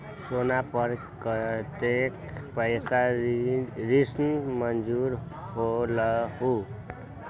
सोना पर कतेक पैसा ऋण मंजूर होलहु?